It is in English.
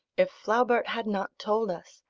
if flaubert had not told us,